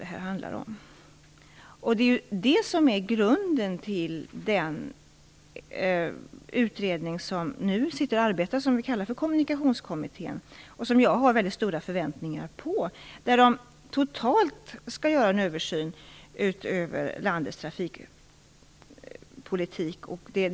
Det är ju det som är grunden till den utredning - Kommunikationskommittén - som nu arbetar och som jag har väldigt stora förväntningar på. Kommunikationskommittén skall göra en total översyn av landets trafikpolitik.